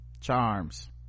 charms